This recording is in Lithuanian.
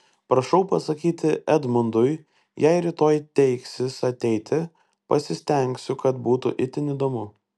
prašau pasakyti edmundui jei rytoj teiksis ateiti pasistengsiu kad būtų itin įdomu